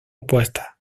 opuestas